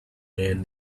man